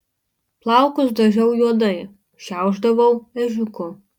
plaukus dažiau juodai šiaušdavau ežiuku